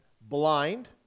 blind